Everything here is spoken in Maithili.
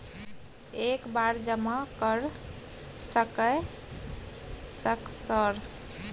एक बार जमा कर सके सक सर?